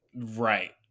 Right